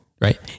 Right